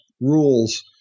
rules